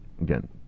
again